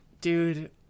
dude